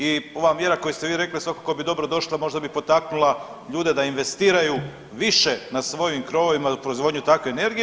I ova mjera koju ste vi rekli svakako bi dobro došla možda bi potaknula ljude da investiraju više na svojim krovovima i proizvodnju takve energije.